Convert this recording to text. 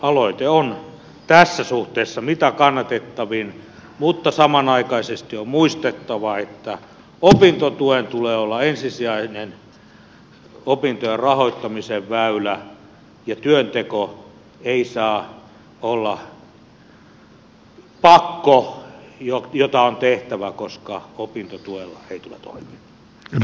aloite on tässä suhteessa mitä kannatettavin mutta samanaikaisesti on muistettava että opintotuen tulee olla ensisijainen opintojen rahoittamisen väylä ja työnteko ei saa olla pakko jota on tehtävä koska opintotuella ei tule toimeen